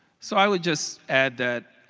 so i would just add that